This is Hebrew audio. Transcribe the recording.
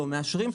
לא מאשרים,